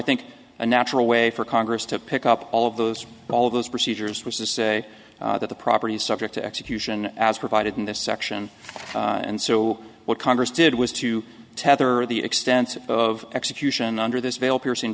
think a natural way for congress to pick up all of those all of those procedures was to say that the property is subject to execution as provided in this section and so what congress did was to tether the extent of execution under this veil piercing